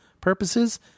purposes